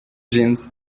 jeans